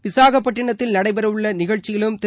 விசாகப்பட்டினத்தில் நடைபெற உள்ள நிகழ்ச்சியிலும் திரு